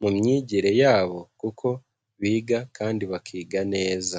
mu myigire yabo kuko biga kandi bakiga neza.